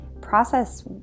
process